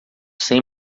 sem